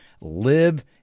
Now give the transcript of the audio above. live